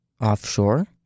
offshore